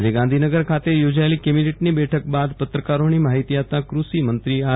આજે ગાંધીનગર ખાતે યોજાયેલી કેબિનેટની બઠક બાદ પત્રકારોને માહિતી આપતા કૃષિ મંત્રી આર